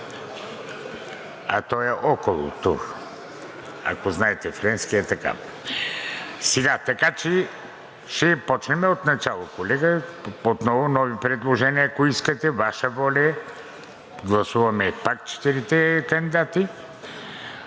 а той е около тур. Ако знаете френски, е така. Така че ще почнем отначало, колега. Отново нови предложения, ако искате, Ваша воля е. Гласуваме пак четиримата кандидати.